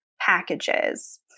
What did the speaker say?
packages